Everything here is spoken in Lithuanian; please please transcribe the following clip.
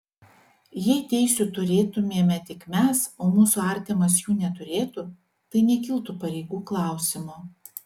jei teisių turėtumėme tik mes o mūsų artimas jų neturėtų tai nekiltų pareigų klausimo